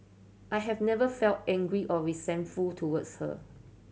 I have never felt angry or resentful towards her